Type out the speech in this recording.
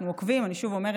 אנחנו עוקבים, אני שוב אומרת.